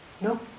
No